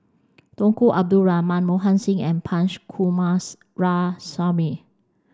Tunku Abdul Rahman Mohan Singh and Punch Coomaraswamy